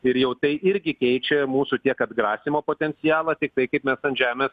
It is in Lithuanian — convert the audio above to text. ir jau tai irgi keičia mūsų tiek atgrasymo potencialą tiktai kaip mes ant žemės